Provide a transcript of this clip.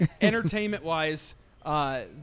entertainment-wise